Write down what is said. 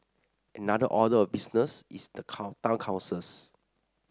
another order of business is the town councils